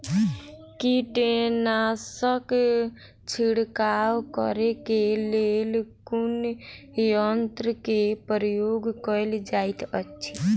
कीटनासक छिड़काव करे केँ लेल कुन यंत्र केँ प्रयोग कैल जाइत अछि?